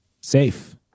safe